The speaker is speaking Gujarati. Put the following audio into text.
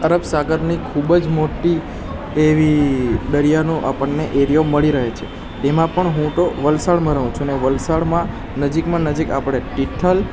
અરબ સાગરની ખૂબ જ મોટી એવી દરિયાનો આપણને એરિયો મળી રહે છે એમાં પણ હું તો વલસાડમાં રહું છું અને વલસાડમાં નજીકમાં નજીક આપણે તિથલ